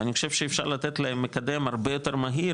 ואני חושב שאפשר לתת להם מקדם הרבה יותר מהיר,